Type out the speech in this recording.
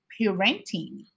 parenting